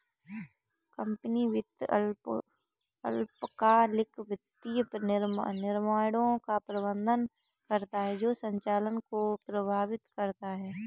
company वित्त अल्पकालिक वित्तीय निर्णयों का प्रबंधन करता है जो संचालन को प्रभावित करता है